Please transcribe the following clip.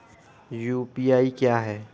UPI क्या है?